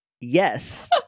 Yes